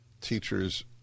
Teachers